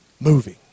Moving